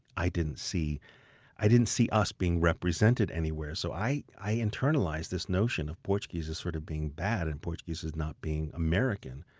i didn't i didn't see us being represented anywhere. so i i internalized this notion of portuguese as sort of being bad and portuguese as not being american.